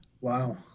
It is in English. Wow